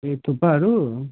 ए थुक्पाहरू